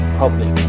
public